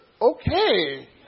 okay